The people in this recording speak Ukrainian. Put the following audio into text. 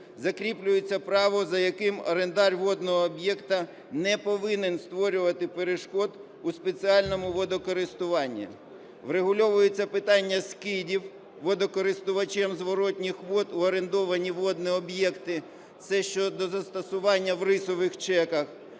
Закріплюється право, за яким орендар водного об'єкту не повинен створювати перешкод у спеціальному водокористуванні. Врегульовується питання скидів водокористувачем зворотних вод у орендовані водні об'єкти, це щодо застосування в рисових чеках.